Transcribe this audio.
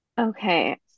Okay